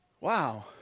Wow